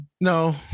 No